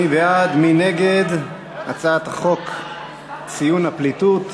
ההצעה להעביר את הצעת חוק קביעת יום לציון הפליטות